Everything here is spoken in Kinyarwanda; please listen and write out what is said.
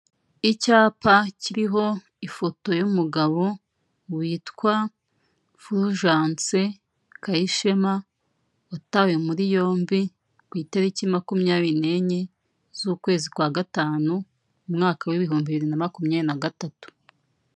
Icyapa kiriho ifoto y'umugabo witwa Fulgence Kayishema, watawe muri yombi, ku itariki makumyabiri n'enye z'ukwezi kwa gatanu, umwaka w'ibihumbi bibiri na makumyabiri na gatatu.